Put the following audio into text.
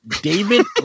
David